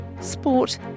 sport